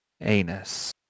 anus